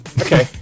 Okay